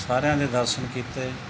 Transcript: ਸਾਰਿਆਂ ਦੇ ਦਰਸ਼ਨ ਕੀਤੇ